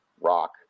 rock